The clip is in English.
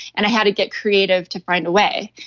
and i had to get creative to find a way.